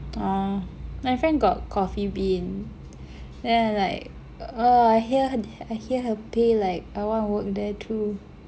oo my friend got Coffee Bean then I like uh I hear I hear her pay like I wanna work there too